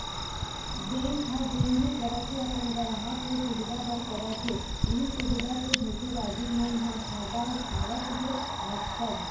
bank ह जेन भी करत हे अपन गराहक के सुबिधा बर करत हे, इहीं सुबिधा के धोखेबाज मन ह फायदा उठावत हे आजकल